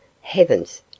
Heavens